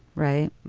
right.